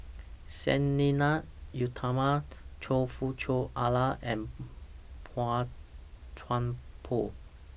Sang Nila Utama Choe Fook Cheong Alan and Boey Chuan Poh